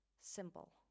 Simple